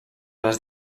les